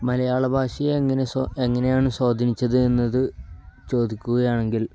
മലയാള ഭാഷയെ എങ്ങനെ എങ്ങനെയാണു സ്വാധീനിച്ചത് എന്നതു ചോദിക്കുകയാണെങ്കിൽ